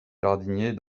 jardinier